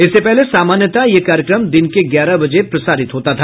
इससे पहले सामान्यता यह कार्यक्रम दिन के ग्यारह बजे प्रसारित होता था